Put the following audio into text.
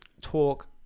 talk